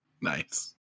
Nice